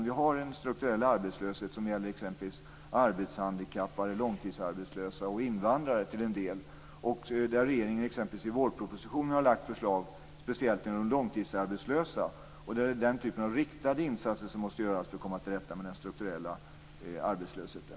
Vi har en strukturell arbetslöshet som gäller t.ex. arbetshandikappade, långtidsarbetslösa och invandrare. I vårpropositionen har regeringen lagt fram förslag speciellt för de långtidsarbetslösa. Det är den typen av riktade insatser som måste göras för att komma till rätta med den strukturella arbetslösheten.